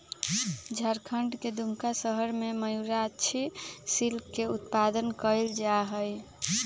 झारखंड के दुमका शहर में मयूराक्षी सिल्क के उत्पादन कइल जाहई